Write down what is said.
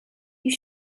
you